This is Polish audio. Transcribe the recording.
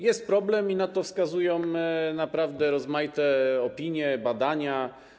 Jest problem i na to wskazują naprawdę rozmaite opinie, badania.